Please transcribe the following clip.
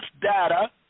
data